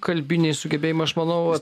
kalbiniai sugebėjimai aš manau